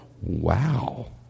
Wow